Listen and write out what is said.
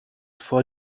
vor